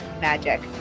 magic